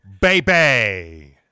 baby